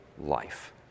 life